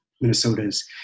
Minnesota's